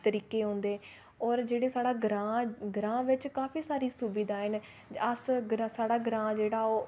तरीके होंदे होर जेह्के साढ़े ग्राएं बिच बड़ी सारी सुविधाएं होंदे न अस साढ़ा जेह्ड़ा ग्रांऽ जेह्ड़ा ओह्